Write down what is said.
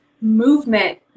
movement